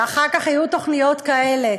ואחר כך יהיו תוכניות כאלה.